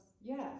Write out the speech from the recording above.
yes